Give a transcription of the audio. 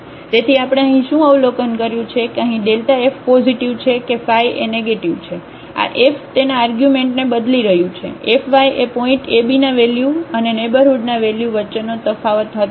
તેથી આપણે અહીં શું અવલોકન કર્યું છે કે અહીં f પોઝિટિવ છે કે ફાય એ નેગેટીવ છે આ f તેના આર્ગ્યુમેન્ટને બદલી રહ્યું છે fyએ પોઇન્ટ ab ના વેલ્યુ અને નેઇબરહુડના વેલ્યુ વચ્ચેનો તફાવત હતો